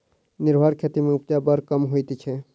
निर्वाह खेती मे उपजा बड़ कम होइत छै